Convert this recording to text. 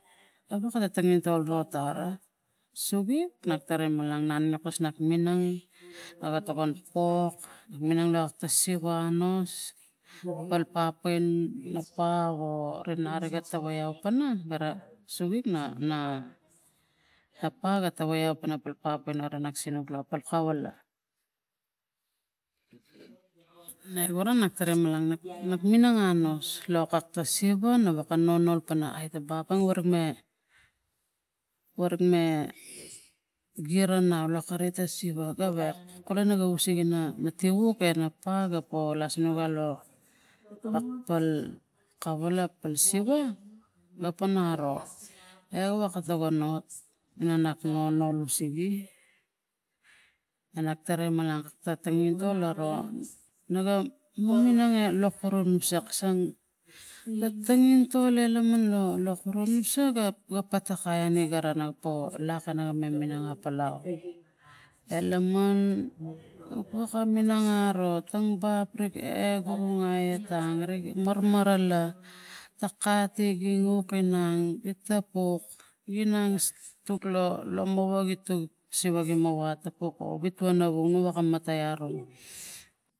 Tgc- 05- p003 3 a wekana tangintol go tara suvi na taraim malang na kos nak minang a ga takan pok minang lak ta siva anos nus kalpa pai pa o rik nari ga tawai ap pana gara suvi na na napa ga tawai apana palpal paneriag sinuk la pa kavala megura nakara malang nuk minang anos lo kak ta siva a nonol pana aita papang warame warame gira nau lo kari siva gawek lo kolono usi na na tivuk e aga po lasnaga lo akpal kavala pana siva ga pana aro e wakek kana na nap nonol usege ana tarai manang tangintol aro naga minang e nuksaksang ga tangitol e laman lo koro nusa ga patagai iga ranap lak ana manman minang e laman woka minang aro tang papri e ngunga etang arik marmala ta kati gi uk inang etepuk gi nang stu tuk lo lomava gituk siva gi mova atapuk lo vitua noung i waka matai aro.